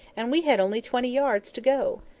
and we had only twenty yards to go!